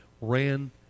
ran